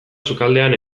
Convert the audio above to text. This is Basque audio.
sukaldean